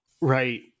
Right